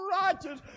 righteous